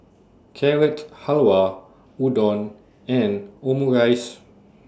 Carrot Halwa Udon and Omurice